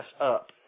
up